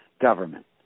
government